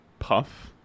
Puff